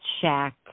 shack